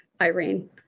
Irene